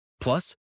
plus